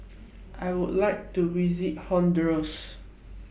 I Would like to visit Honduras